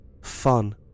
fun